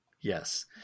Yes